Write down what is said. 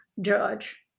judge